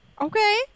Okay